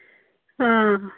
آ